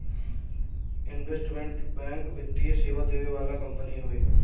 investment bank वित्तीय सेवा देवे वाला कंपनी हवे